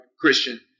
Christian